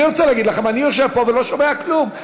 אני רוצה להגיד לכם, אני יושב פה ולא שומע כלום.